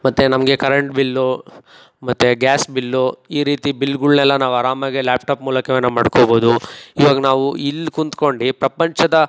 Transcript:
ಮತ್ತೆ ನಮಗೆ current bill ಮತ್ತು ಗ್ಯಾಸ್ ಬಿಲ್ಲು ಈ ರೀತಿ ಬಿಲ್ಗಳ್ನೆಲ್ಲ ನಾವು ಆರಾಮಾಗಿ ಲ್ಯಾಪ್ ಟಾಪ್ ಮೂಲಕವೇ ನಾವು ಮಾಡ್ಕೊಬೋದು ಇವಾಗ ನಾವು ಇಲ್ಲಿ ಕೂತ್ಕೊಂಡು ಪ್ರಪಂಚದ